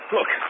Look